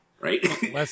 right